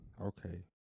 Okay